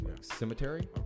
cemetery